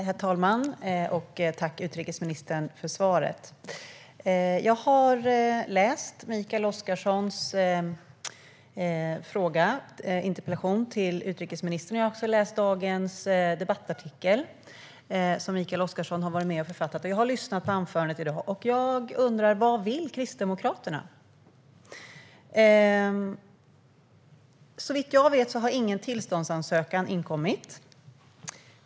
Herr talman! Jag vill tacka utrikesministern för svaret. Jag har läst Mikael Oscarssons interpellation till utrikesministern. Jag har också läst debattartikeln i dag som Mikael Oscarsson har varit med och författat, och jag har lyssnat på inlägget i dag. Jag undrar vad Kristdemokraterna vill. Såvitt jag vet har ingen tillståndsansökan inkommit.